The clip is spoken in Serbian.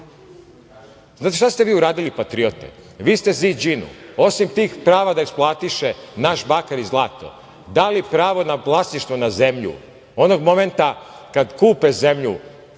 to. Znate šta ste vi uradili, patriote? Vi ste Ziđinu osim tih prava da eksploatiše naš bakar i zlato, dali pravo nad vlasništvom na zemlju. Onog momenta kad kupe zemlju,